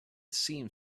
seemed